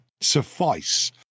suffice